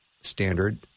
standard